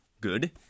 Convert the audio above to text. good